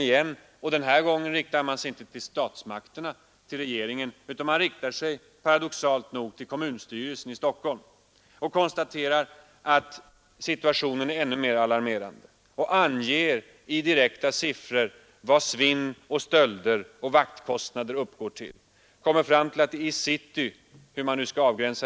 Jag kan börja med att säga till kammarens ärade ledamöter att det inte är bara folkpartisterna i Stockholms kommunfullmäktige som har reagerat; det tror jag man kan säga att samtliga partier har gjort.